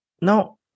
No